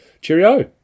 Cheerio